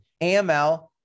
aml